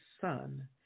son